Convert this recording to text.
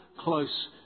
close